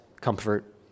comfort